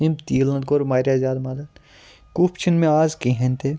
أمۍ تیٖلَن کوٚر واریاہ زیادٕ مَدَد کُپھ چھِنہٕ مےٚ آز کِہیٖنۍ تہِ